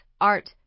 art